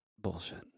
Bullshit